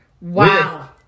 Wow